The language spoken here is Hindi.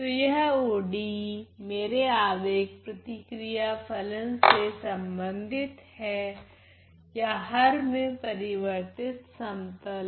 तो यह ODE में मेरे आवेग प्रतिक्रिया फलन से संबंधित है या हर में परिवर्तित समतल